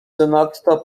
zanadto